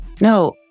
no